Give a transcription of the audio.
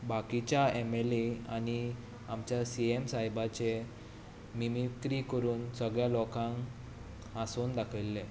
बाकीच्या M L A आनी आमच्या सी एम सायबाचें मिमिक्री करून सगळ्या लोकांक हांसोवन दाखयिल्लें